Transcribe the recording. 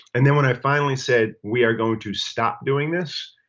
and then when i finally said we are going to stop doing this.